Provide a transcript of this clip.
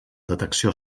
detecció